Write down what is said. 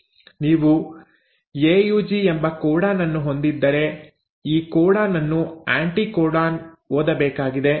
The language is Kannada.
ನೀವು ಎಯುಜಿ ಎಂಬ ಕೋಡಾನ್ ಅನ್ನು ಹೊಂದಿದ್ದರೆ ಈ ಕೋಡಾನ್ ಅನ್ನು ಆ್ಯಂಟಿಕೋಡಾನ್ ಓದಬೇಕಾಗಿದೆ